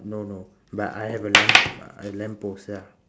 no no but I have a lamp a lamp post ya